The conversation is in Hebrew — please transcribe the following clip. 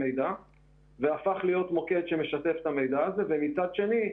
זה הפך להיות מוקד שמשתף את המידע ומצד שני,